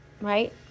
right